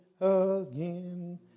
again